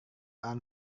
orang